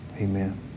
Amen